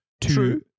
True